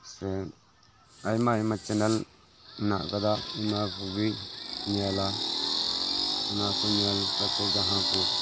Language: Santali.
ᱥᱮ ᱟᱭᱢᱟ ᱟᱭᱢᱟ ᱪᱮᱱᱮᱞ ᱦᱮᱱᱟᱦ ᱠᱟᱫᱟ ᱚᱱᱟ ᱠᱚᱜᱮ ᱧᱮᱞᱟ ᱚᱱᱟ ᱠᱚ ᱧᱮᱞ ᱠᱟᱛᱮᱜ ᱡᱟᱦᱟᱸ ᱠᱚ